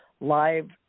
live